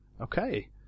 Okay